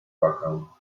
płakał